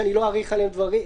שאני לא אאריך עליהם בדברים.